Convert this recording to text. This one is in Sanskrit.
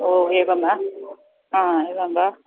ओ एवं वा हा एवं वा